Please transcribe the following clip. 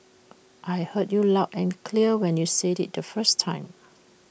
I heard you loud and clear when you said IT the first time